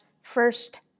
first